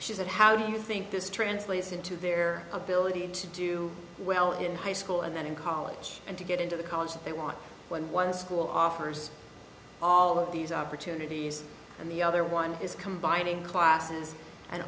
she said how do you think this translates into their ability to do well in high school and then in college and to get into the college they want one was school offers all of these opportunities and the other one is combining classes and